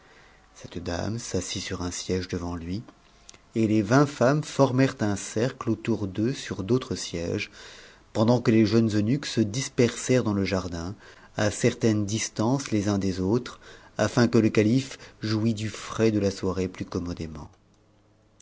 cette dame s'assit sur un siège devant lui et les vingt femmes formèrent un cercle autour d'eux sur d'autres sièges pendant que les jeunes eunuques se dispersèrent dans le jardin à certaine distance les uns des autres afin que le calife jouît du frais de la soirée plus commodément